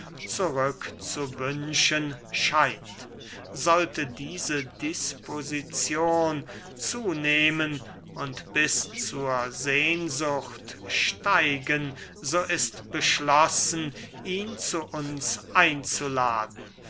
zurückzuwünschen scheint sollte diese disposizion zunehmen und bis zur sehnsucht steigen so ist beschlossen ihn zu uns einzuladen